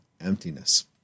emptiness